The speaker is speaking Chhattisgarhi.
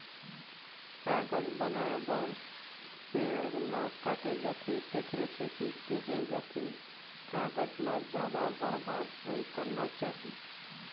कागज बनाए बर पेड़ ल काटे जाथे तेखरे सेती केहे जाथे कागज ल जादा बरबाद नइ करना चाही